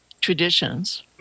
traditions